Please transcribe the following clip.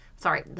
Sorry